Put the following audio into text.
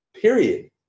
period